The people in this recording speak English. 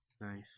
nice